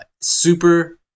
Super